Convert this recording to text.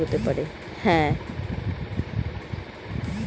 জৈব ইথানল একধরনের নবীকরনযোগ্য শক্তি যা কৃষিজ কাঁচামাল থেকে উৎপাদিত হতে পারে